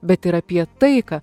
bet ir apie taiką